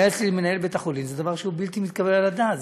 מנהל בית-החולים, זה דבר בלתי מתקבל על הדעת.